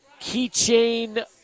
keychain